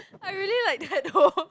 I really like that though